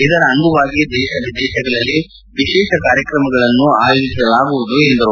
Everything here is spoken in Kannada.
ಇದರ ಅಂಗವಾಗಿ ದೇಶ ವಿದೇಶಗಳಲ್ಲಿ ವಿಶೇಷ ಕಾರ್ಯಕ್ರಮಗಳನ್ನು ಆಯೋಜಿಸಲಾಗುವುದು ಎಂದರು